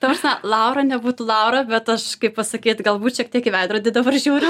ta prasme laura nebūtų laura bet aš kaip pasakyt galbūt šiek tiek į veidrodį dabar žiūriu